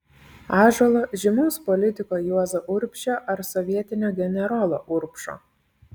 ąžuolo žymaus politiko juozo urbšio ar sovietinio generolo urbšo